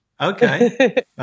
Okay